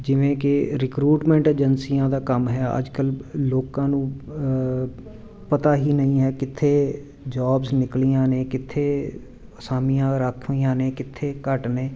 ਜਿਵੇਂ ਕਿ ਰਿਕਰੂਟਮੈਂਟ ਅਜੈਂਸੀਆਂ ਦਾ ਕੰਮ ਹੈ ਅੱਜ ਕੱਲ੍ਹ ਲੋਕਾਂ ਨੂੰ ਪਤਾ ਹੀ ਨਹੀਂ ਹੈ ਕਿੱਥੇ ਜੌਬਸ ਨਿਕਲੀਆਂ ਨੇ ਕਿੱਥੇ ਅਸਾਮੀਆਂ ਰਾਖਵੀਆਂ ਨੇ ਕਿੱਥੇ ਘੱਟ ਨੇ